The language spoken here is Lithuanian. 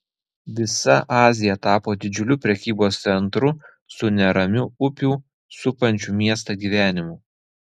visa azija tapo didžiuliu prekybos centru su neramiu upių supančių miestą gyvenimu